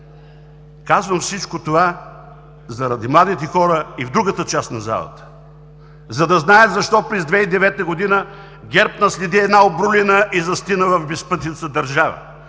Казвам всичко това заради младите хора и в другата част на залата, за да знаят защо през 2009 г. ГЕРБ наследи една обрулена и застинала в безпътица държава